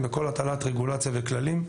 שכמובן כמו בכל הטלת רגולציה וכללים,